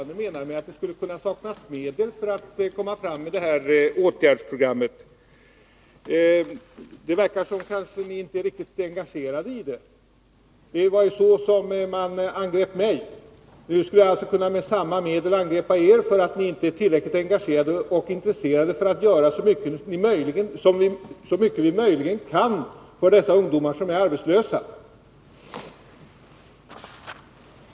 Herr talman! Jag kan inte riktigt förstå vad utskottets ordförande menar med att det skulle saknas medel för att få fram åtgärdsprogrammet. Det verkar som om ni inte är engagerade i det. Det var ju så man angrep mig. Nu skulle jag med samma medel kunna angripa er för att ni inte är tillräckligt engagerade och intresserade för att göra så mycket som är möjligt att göra för de ungdomar som är arbetslösa.